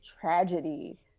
tragedy